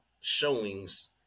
showings